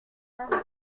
mari